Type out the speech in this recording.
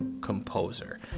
composer